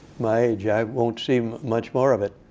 my age, i won't see much more of it.